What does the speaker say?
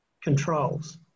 controls